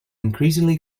increasingly